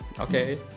Okay